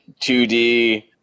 2D